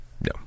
No